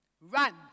run